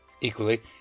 Equally